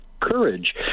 courage